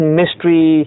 mystery